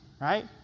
right